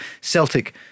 Celtic